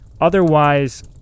otherwise